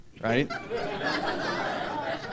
right